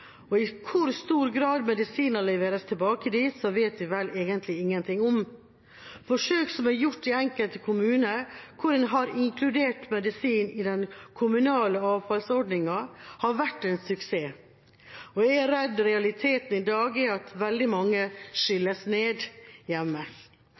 I hvor stor grad medisiner leveres tilbake dit, vet vi vel egentlig ingenting om. Forsøk som er gjort i enkelte kommuner, hvor en har inkludert medisiner i den kommunale avfallsordningen, har vært en suksess. Jeg er redd realiteten i dag er at veldig mye skylles ned